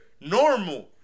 Normal